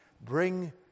bring